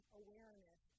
awareness